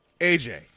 AJ